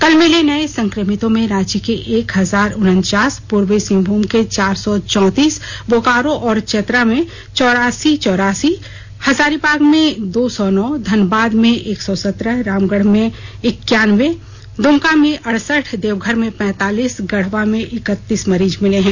कल मिले नए संक्रमितों में रांची के एक हजार उनचास पूर्वी सिंहभूम के चार सौ चौतीस बोकारो और चतरा में चौरासी चौरासी हजारीबाग में दो सौ नौ धनबाद में एक सौ सत्रह रामगढ़ में इक्कायनबे द्मका में अड़सठ देवघर में पैतालीस गढ़वा में इकतीस मरीज मिले हैं